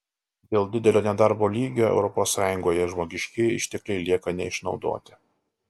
dėl didelio nedarbo lygio europos sąjungoje žmogiškieji ištekliai lieka neišnaudoti